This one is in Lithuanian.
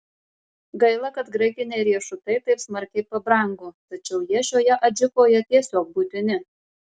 gaila kad graikiniai riešutai taip smarkiai pabrango tačiau jie šioje adžikoje tiesiog būtini